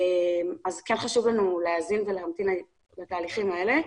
חשוב לנו להמתין לתהליכים האלה.